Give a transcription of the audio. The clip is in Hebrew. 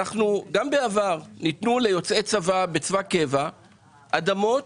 גם בעבר ניתנו ליוצאי צבא בצבא קבע אדמות